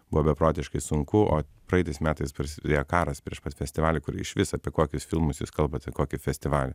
buvo beprotiškai sunku o praeitais metais prasidėjo karas prieš pat festivalį kur išvis apie kokius filmus jūs kalbate kokį festivalį